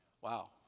Wow